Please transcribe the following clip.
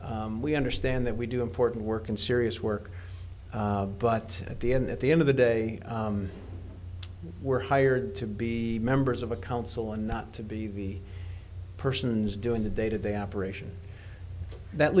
we understand that we do important work in serious work but at the end at the end of the day were hired to be members of a council and not to be persons doing the day to day operation that